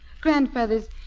Grandfathers